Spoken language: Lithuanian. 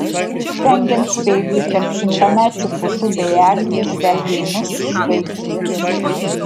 spengiant speigui tarp šimtamečių pušų bei eglių žvelgė į mus žvaigždės